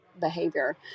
behavior